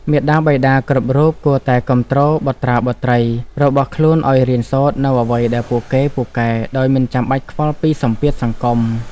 មាតាបិតាគ្រប់រូបគួរតែគាំទ្របុត្រាបុត្រីរបស់ខ្លួនឱ្យរៀនសូត្រនូវអ្វីដែលពួកគេពូកែដោយមិនចាំបាច់ខ្វល់ពីសម្ពាធសង្គម។